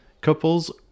couples